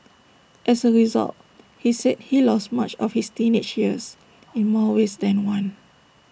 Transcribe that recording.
as A result he said he lost much of his teenage years in more ways than one